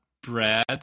Brad